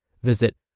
Visit